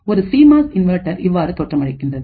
ஒரு CMOS inverter இவ்வாறு தோற்றமளிக்கின்றது